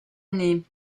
année